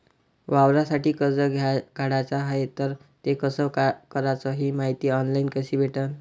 वावरासाठी कर्ज काढाचं हाय तर ते कस कराच ही मायती ऑनलाईन कसी भेटन?